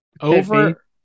Over